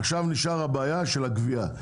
עכשיו נשארה הבעיה של הגבייה.